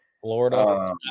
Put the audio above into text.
Florida